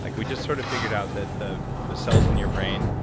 like we just sort of figured out that the the cells in your brain,